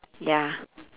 ya